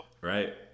right